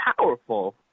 powerful